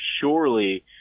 surely